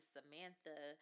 Samantha